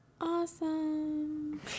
awesome